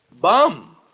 Bum